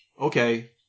Okay